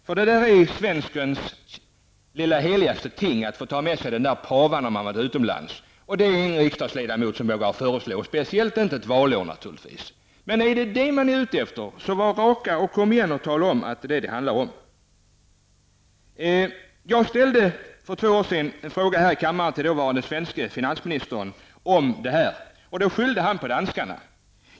Att få ta med sig den lilla pavan när man har varit utomlands är något av det allra heligaste för svensken. Det finns inte någon riksdagsledamot som vågar föreslå någonting annat, speciellt inte ett valår. Är det vad ni är ute efter, så kom igen och ge raka besked om vad det handlar om! För två år sedan ställde jag en fråga här i kammaren till dåvarande svenske finansministern om detta, men han skyllde på danskarna.